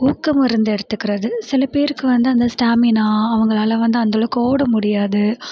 ஊக்க மருந்து எடுத்துக்கிறது சில பேருக்கு வந்து அந்த ஸ்டாமினா அவங்களால் வந்து அந்தளவுக்கு வந்து ஓட முடியாது